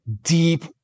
deep